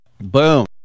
Boom